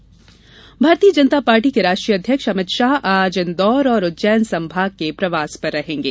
अमित शाह भारतीय जनता पार्टी के राष्ट्रीय अध्यक्ष अमित शाह आज इंदौर और उज्जैन संभाग के प्रवास पर रहेंगे